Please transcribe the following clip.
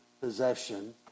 possession